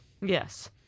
yes